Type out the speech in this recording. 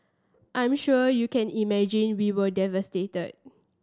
I'm sure you can imagine we were devastated